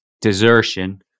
desertion